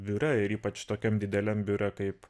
biure ir ypač tokiam dideliam biure kaip